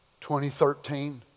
2013